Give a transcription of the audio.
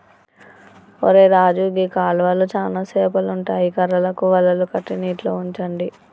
ఒరై రాజు గీ కాలువలో చానా సేపలు ఉంటాయి కర్రలకు వలలు కట్టి నీటిలో ఉంచండి